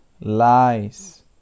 lies